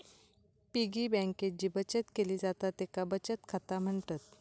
piggy बँकेत जी बचत केली जाता तेका बचत खाता म्हणतत